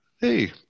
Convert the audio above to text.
Hey